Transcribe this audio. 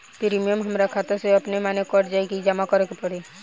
Premium हमरा खाता से अपने माने कट जाई की जमा करे के पड़ी?